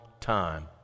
time